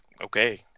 Okay